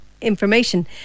Information